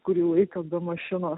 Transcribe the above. kurį laiką be mašinos